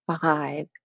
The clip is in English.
five